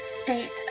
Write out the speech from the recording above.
state